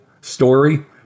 story